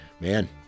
Man